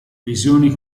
visioni